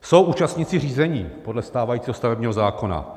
Jsou účastníci řízení podle stávajícího stavebního zákona.